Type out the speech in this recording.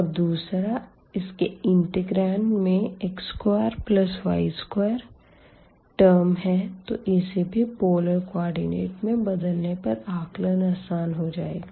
और दूसरा इसके इंटीग्रांड में x2y2 टर्म है तो इसे भी पोलर कोऑर्डिनेट में बदलने पर आकलन आसान हो जाएगा